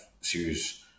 serious